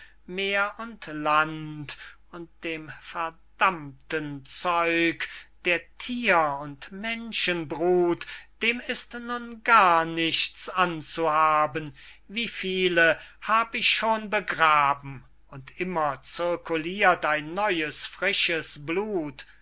meer und land und dem verdammten zeug der thier und menschenbrut dem ist nun gar nichts anzuhaben wie viele hab ich schon begraben und immer zirkulirt ein neues frisches blut